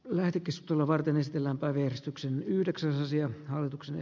lääkitys jolla varmistellaan paljastuksen yhdeksänsiä hallitukseen